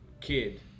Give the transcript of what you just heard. kid